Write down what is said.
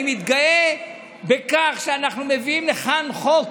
אני מתגאה בכך שאנחנו מביאים לכאן חוק